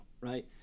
right